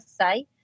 say